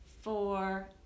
four